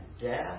death